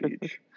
Beach